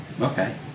Okay